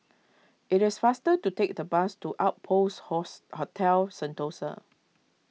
it is faster to take the bus to Outpost Host Hotel Sentosa